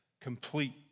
complete